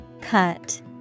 Cut